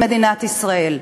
במדינת ישראל.